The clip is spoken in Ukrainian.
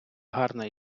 гарна